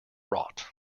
rot